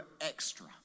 extra